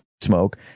smoke